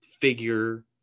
figure